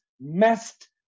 messed